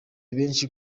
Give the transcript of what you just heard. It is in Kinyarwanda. benshi